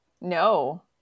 No